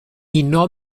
uno